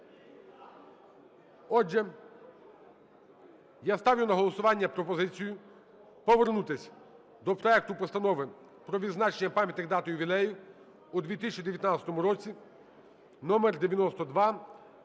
Отже, я ставлю на голосування пропозицію повернутися до проекту Постанови про відзначення пам'ятних дат і ювілеїв у 2019 році (№ 9234).